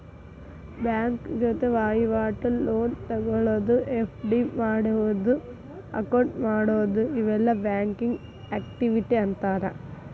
bank ಜೊತಿ ವಹಿವಾಟು, loan ತೊಗೊಳೋದು, ಎಫ್.ಡಿ ಮಾಡಿಡೊದು, ಅಕೌಂಟ್ ಮಾಡೊದು ಇವೆಲ್ಲಾ ಬ್ಯಾಂಕಿಂಗ್ ಆಕ್ಟಿವಿಟಿ ಅಂತಾರ